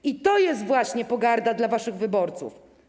I to jest właśnie pogarda dla waszych wyborców.